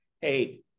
Hey